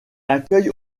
accueille